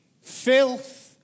filth